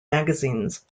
magazines